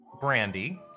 brandy